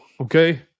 okay